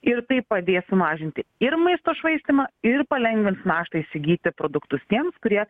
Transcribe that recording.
ir tai padės sumažinti ir maisto švaistymą ir palengvins naštą įsigyti produktus tiems kurie